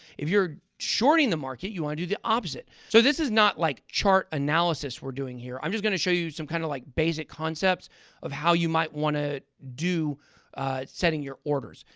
if you're shorting the market, you want to do the opposite. so this is not like chart analysis we're doing here. i'm just going to show you some kind of like basic concepts of how you might want to do setting your orders.